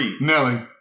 Nelly